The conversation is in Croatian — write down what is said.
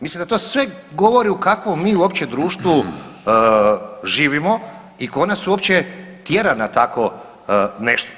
Mislim da to sve govori u kakvom mi uopće društvu živimo i tko nas uopće tjera na takvo nešto.